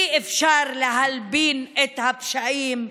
אי-אפשר להלבין את הפשעים,